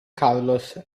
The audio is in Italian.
carlos